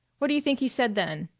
what do you think he said then?